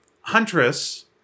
huntress